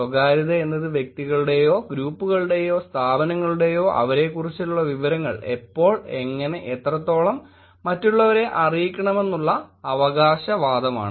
സ്വകാര്യത എന്നത് വ്യക്തികളുടെയോ ഗ്രൂപ്പുകളുടെയോ സ്ഥാപനങ്ങളുടെയോ അവരെക്കുറിച്ചുള്ള വിവരങ്ങൾ എപ്പോൾ എങ്ങനെ എത്രത്തോളം മറ്റുള്ളവരെ അറിയിക്കണമെന്നുള്ള അവകാശവാദമാണ്